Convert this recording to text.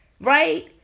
right